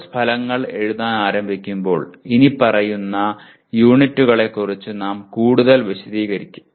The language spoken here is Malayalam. കോഴ്സ് ഫലങ്ങൾ എഴുതാൻ ആരംഭിക്കുമ്പോൾ ഇനിപ്പറയുന്ന യൂണിറ്റുകളെക്കുറിച്ച് നാം കൂടുതൽ വിശദീകരിക്കും